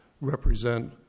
represent